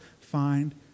find